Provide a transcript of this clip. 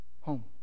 home